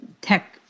tech